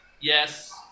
Yes